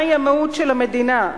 מהי המהות של המדינה.